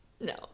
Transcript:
No